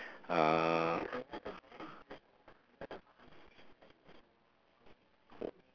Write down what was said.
err